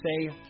say